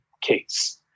case